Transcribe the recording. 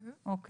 רק